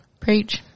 Preach